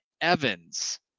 Evans